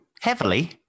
heavily